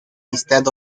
instead